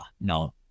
no